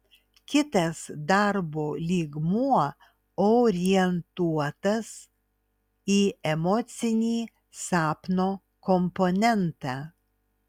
kitas darbo lygmuo orientuotas į emocinį sapno komponentą